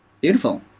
Beautiful